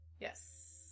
Yes